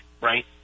right